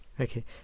Okay